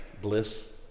Bliss